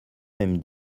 même